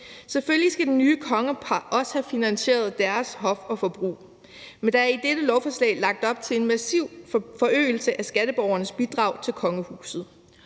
Selvfølgelig skal det nye kongepar også have finansieret deres hof og forbrug, men der er i dette lovforslag lagt op til en massiv forøgelse af skatteborgernes bidrag til kongehuset.